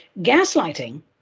Gaslighting